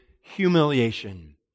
humiliation